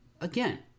again